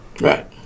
Right